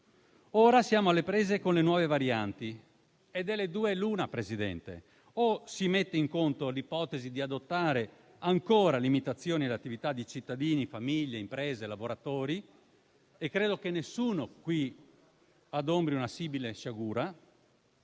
Ora siamo alle prese con le nuove varianti e delle due l'una: o si mette in conto l'ipotesi di adottare ancora limitazioni alle attività di cittadini, famiglie, imprese e lavoratori - e credo che nessuno qui adombri una simile sciagura